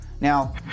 Now